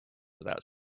without